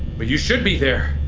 but you should be there.